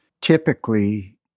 typically